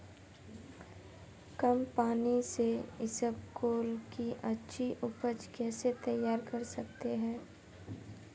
कम पानी से इसबगोल की अच्छी ऊपज कैसे तैयार कर सकते हैं?